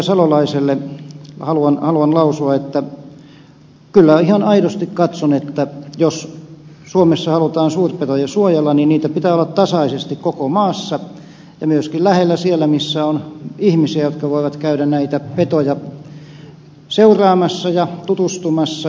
salolaiselle haluan lausua että kyllä ihan aidosti katson että jos suomessa halutaan suurpetoja suojella niin niitä pitää olla tasaisesti koko maassa ja myöskin lähellä siellä missä on ihmisiä jotka voivat käydä näitä petoja seuraamassa ja niihin tutustumassa